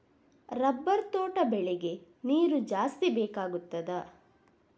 Rubber ತೋಟ ಬೆಳೆಗೆ ನೀರು ಜಾಸ್ತಿ ಬೇಕಾಗುತ್ತದಾ?